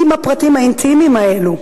עם הפרטים האינטימיים האלו.